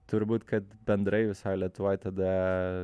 turbūt kad bendrai visoj lietuvoj tada